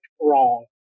wrong